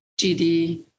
GD